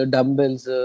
Dumbbells